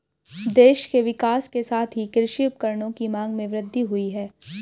देश के विकास के साथ ही कृषि उपकरणों की मांग में वृद्धि हुयी है